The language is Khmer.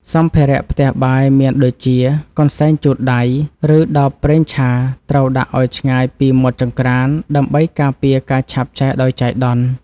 សម្ភារៈផ្ទះបាយមានដូចជាកន្សែងជូតដៃ ឬដបប្រេងឆាត្រូវដាក់ឱ្យឆ្ងាយពីមាត់ចង្ក្រានដើម្បីការពារការឆាបឆេះដោយចៃដន្យ។